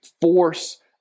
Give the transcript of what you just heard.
force